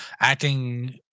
acting